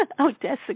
Odessa